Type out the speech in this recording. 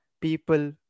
people